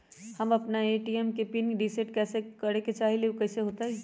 हम अपना ए.टी.एम के पिन रिसेट करे के चाहईले उ कईसे होतई?